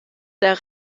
der